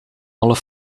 alle